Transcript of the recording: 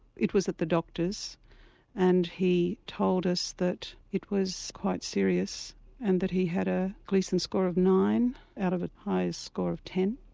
it was at the doctors and he told us that it was quite serious and that he had a gleason score of nine out of the highest score of ten.